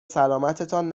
سلامتتان